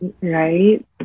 right